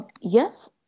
Yes